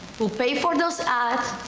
who paid for those ads,